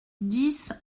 dix